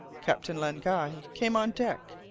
captain len guy came on deck,